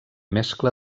mescla